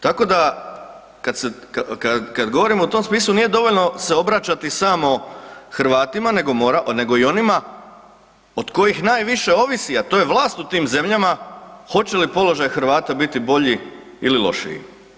Tako da kad se kad govorimo u tom smislu nije dovoljno se obraćati samo Hrvatima nego i onima od kojih najviše ovisi, a to je vlast u tim zemljama, hoće li položaj Hrvata biti bolji ili lošiji.